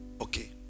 Okay